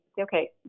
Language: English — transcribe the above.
okay